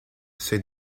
ces